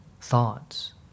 thoughts